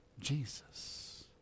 Jesus